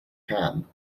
can